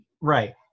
right